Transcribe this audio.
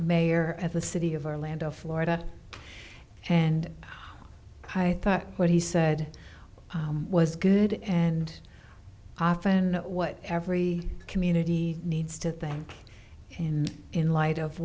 mayor at the city of orlando florida and i thought what he said was good and often what every community needs to think in in light of